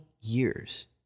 years